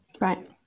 Right